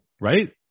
Right